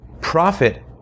Profit